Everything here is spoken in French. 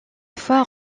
fois